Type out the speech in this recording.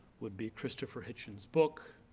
would be christopher hitchens' book,